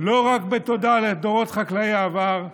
לא רק בתודה לדורות חקלאי העבר,